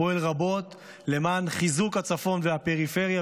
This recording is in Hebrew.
פועל רבות למען חיזוק הצפון והפריפריה,